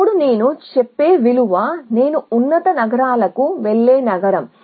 అప్పుడు నేను చెప్పే విలువ నేను ఉన్నత నగరాలకు వెళ్లే నగరం